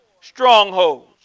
strongholds